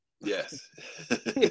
Yes